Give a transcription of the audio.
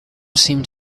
seemed